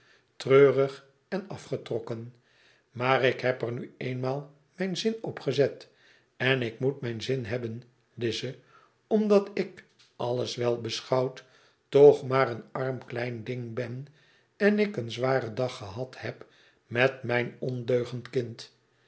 treurig en afgetrokken maar ik heb er nu eenmaal mijn zin op gezet en ik moet mijn zin hebben lize omdat ik alles wel beschouwd toch maar een arm klein ding ben en ik een zwaren dag gehad heb met mijn ondeugend kind